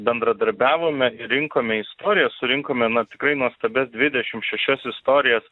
bendradarbiavome rinkome istorijas surinkome na tikrai nuostabias dvidešimt šešias istorijas